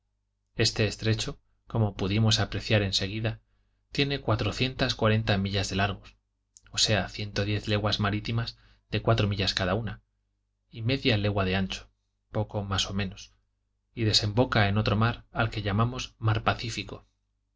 este estrecho como pudimos apreciar en seguida tiene cuatrocientas cuarenta millas de largo o sean ciento diez leguas marítimas de cuatro millas cada una y media legua de ancho poco más o menos y desemboca en otro mar al que llamamos mar pacífico